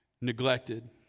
neglected